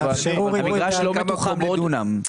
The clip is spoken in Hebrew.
המגרש לא מתוחם בדונם.